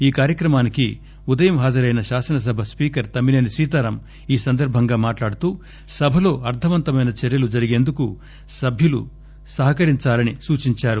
ఈ కార్యక్రమానికి ఈ ఉదయం హాజరైన శానససభ స్పీకర్ తమ్మినేని సీతారామ్ ఈ సందర్బంగా మాట్లాడుతూ సభలో అర్లవంతమైన చర్చలు జరిగేందుకు సభ్యులు సహకరించాలని సూచించారు